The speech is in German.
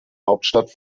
hauptstadt